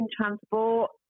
transport